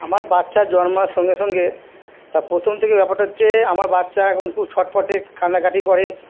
আমার বাচ্চার জন্মানোর সঙ্গে সঙ্গে তা প্রথম থেকে ব্যাপারটা হচ্ছে আমার বাচ্চা এখন খুব ছটফটে কান্নাকাটি করে